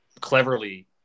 cleverly